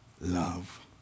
love